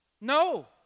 No